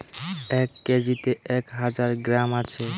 এক কেজিতে এক হাজার গ্রাম আছে